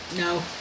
no